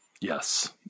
Yes